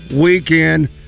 weekend